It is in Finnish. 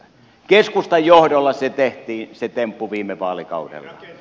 keskustan johdolla se tehtiin se temppu viime vaalikaudella